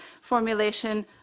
formulation